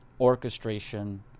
orchestration